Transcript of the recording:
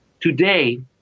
Today